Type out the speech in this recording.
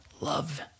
love